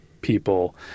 people